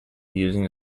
using